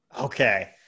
Okay